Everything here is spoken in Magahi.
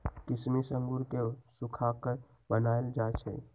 किशमिश अंगूर के सुखा कऽ बनाएल जाइ छइ